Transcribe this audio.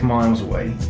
miles away.